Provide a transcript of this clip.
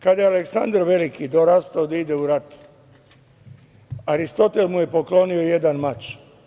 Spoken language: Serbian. Kada je Aleksandar Veliki dorastao da ide u rat, Aristotel mu je poklonio jedan mač.